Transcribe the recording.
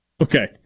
Okay